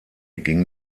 ging